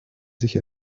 sich